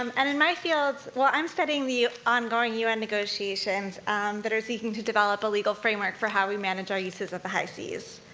um and in my fields, well, i'm studying the ongoing u n. negotiations that are seeking to develop illegal framework for how we manage our uses of the high seas.